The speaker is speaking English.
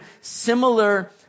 similar